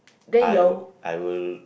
I will I will